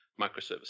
microservices